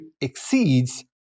exceeds